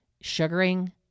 sugaring